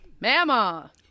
Mama